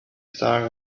star